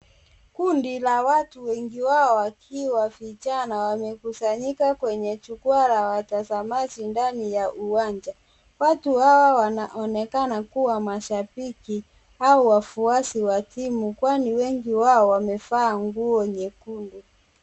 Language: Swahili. Kundi la watu wengi wao wakiwa vijana wamekusanyika kwenye jukwaa la watazamaji ndani ya uwanja. Watu hawa wanaonekana kuwa mashabiki au wafuasi wa timu kwani wengi wao wamevaa nguo nyekundu.